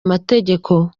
amategeko